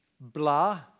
Blah